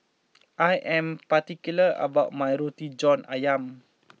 I am particular about my Roti John Ayam